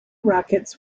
rockets